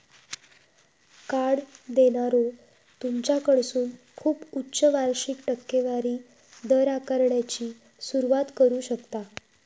card देणारो तुमच्याकडसून खूप उच्च वार्षिक टक्केवारी दर आकारण्याची सुरुवात करू शकता